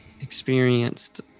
experienced